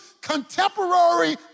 contemporary